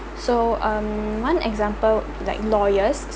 so um one example like lawyers